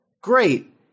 Great